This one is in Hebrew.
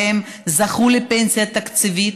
והם זכו לפנסיה תקציבית,